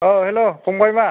अ हेलौ फंबाइ मा